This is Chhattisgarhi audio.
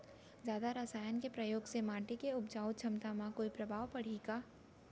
जादा रसायन के प्रयोग से माटी के उपजाऊ क्षमता म कोई प्रभाव पड़ही का?